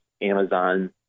Amazon